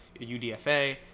UDFA